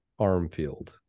armfield